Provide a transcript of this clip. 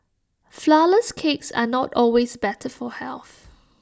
Flourless Cakes are not always better for health